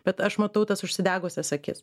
bet aš matau tas užsidegusias akis